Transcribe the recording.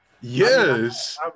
yes